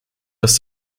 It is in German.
was